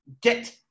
get